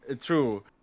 true